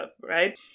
right